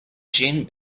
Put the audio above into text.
gin